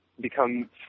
become